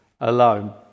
alone